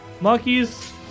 Monkeys